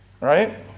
Right